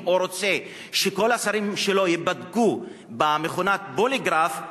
או רוצה שכל השרים שלו ייבדקו במכונת פוליגרף,